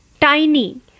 tiny